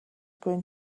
going